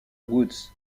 woods